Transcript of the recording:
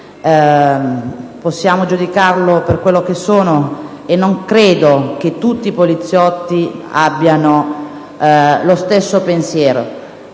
volantino per quello che è, e non credo che tutti i poliziotti abbiano lo stesso pensiero.